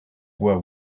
were